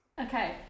Okay